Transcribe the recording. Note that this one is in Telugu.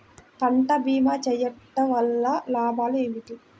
పంట భీమా చేయుటవల్ల లాభాలు ఏమిటి?